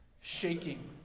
shaking